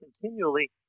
continually